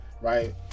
Right